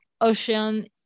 ocean